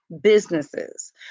businesses